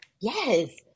yes